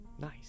nice